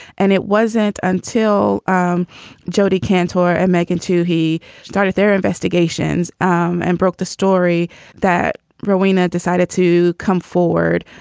and it wasn't until um jodi kantor and making two he started their investigations um and broke the story that rowena decided to come forward.